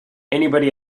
anybody